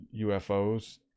UFOs